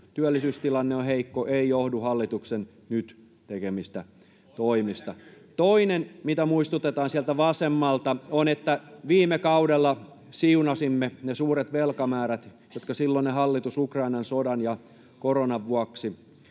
työllisyystilanne on heikko, ei johdu hallituksen nyt tekemistä toimista. [Joona Räsänen: Koska ne näkyy?] Toinen, mitä muistutetaan sieltä vasemmalta, on se, että viime kaudella siunasimme ne suuret velkamäärät, jotka silloinen hallitus Ukrainan sodan ja koronan vuoksi